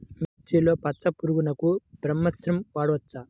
మిర్చిలో పచ్చ పురుగునకు బ్రహ్మాస్త్రం వాడవచ్చా?